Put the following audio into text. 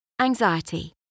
Anxiety